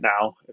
now